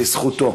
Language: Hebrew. בזכותו.